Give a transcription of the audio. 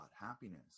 happiness